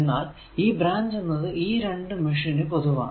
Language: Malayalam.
എന്നാൽ ഈ ബ്രാഞ്ച് എന്നത് ഈ രണ്ടു മെഷ് നു പൊതുവാണ്